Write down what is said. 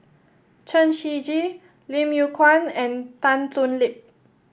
Chen Shiji Lim Yew Kuan and Tan Thoon Lip